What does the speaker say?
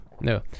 no